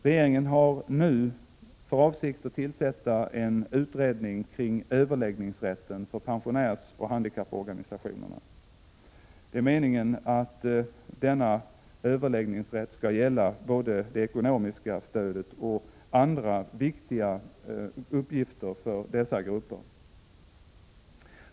Regeringen har nu för avsikt att tillsätta en utredning om överläggningsrätten för pensionärsoch handikapporganisationerna. Det är meningen att denna överläggningsrätt skall gälla både det ekonomiska stödet och andra viktiga uppgifter för dessa grupper.